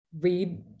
read